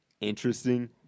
interesting